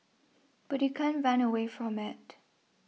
but you can't run away from it